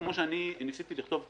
כמו שניסיתי לכתוב כאן,